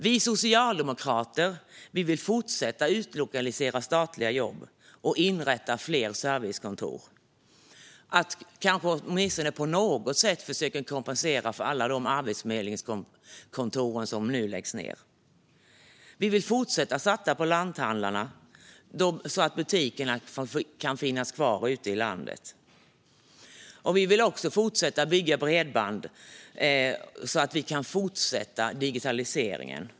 Vi socialdemokrater vill fortsätta utlokalisera statliga jobb och inrätta fler servicekontor och kanske på något sätt försöka kompensera för alla de arbetsförmedlingskontor som nu läggs ned. Vi vill fortsätta satsa på lanthandlarna, så att butikerna kan finnas kvar ute i landet. Vi vill också fortsätta bygga bredband för att fortsätta med digitaliseringen.